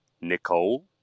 nicole